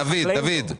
דוד,